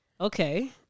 Okay